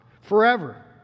forever